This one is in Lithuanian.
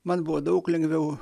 man buvo daug lengviau